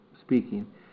speaking